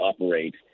operate